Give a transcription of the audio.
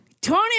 Tony